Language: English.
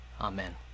Amen